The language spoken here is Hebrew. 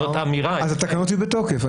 התקנות יהיו בתוקף.